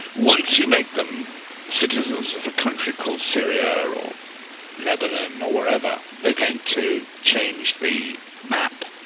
once you make them citizens of country called syria or or lebanon or wherever, they're going to change the map